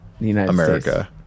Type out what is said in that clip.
America